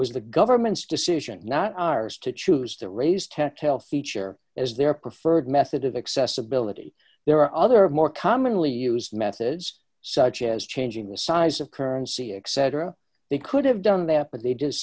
was the government's decision not ours to choose to raise tech tell feature as their preferred method of accessibility there are other more commonly used methods such as changing the size of currency except they could have done there but they just